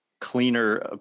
cleaner